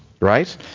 Right